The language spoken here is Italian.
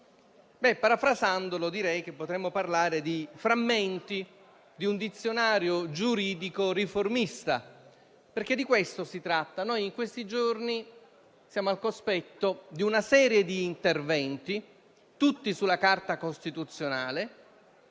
Parafrasandolo, direi che potremmo parlare di frammenti di un dizionario giuridico riformista, perché di questo si tratta. In questi giorni siamo infatti al cospetto di una serie di interventi, tutti sulla Carta costituzionale: